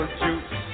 juice